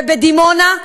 ובדימונה.